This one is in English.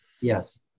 Yes